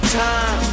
time